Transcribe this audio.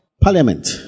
Parliament